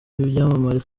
ibyamamare